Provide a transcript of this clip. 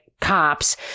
cops